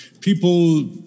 people